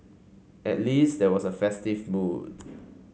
at least there was a festive mood